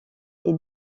est